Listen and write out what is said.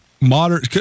Modern